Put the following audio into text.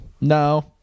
No